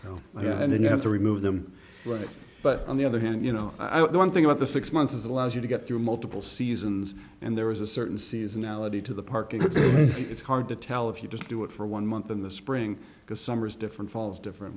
so and then you have to remove them right but on the other hand you know i one thing about the six months is it allows you to get through multiple seasons and there is a certain seasonality to the parking lots it's hard to tell if you just do it for one month in the spring because summer is different falls different